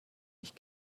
nicht